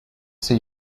see